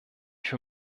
für